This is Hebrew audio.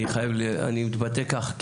אני מתבטא כך,